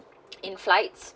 in flights